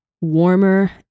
warmer